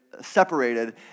separated